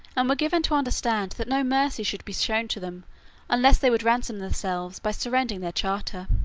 and were given to understand that no mercy should be shown to them unless they would ransom themselves by surrendering their charter.